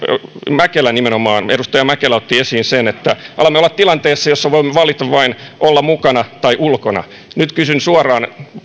mäkelä nimenomaan otti esiin sen että alamme olla tilanteessa jossa voimme valita vain olla mukana tai ulkona nyt kysyn suoraan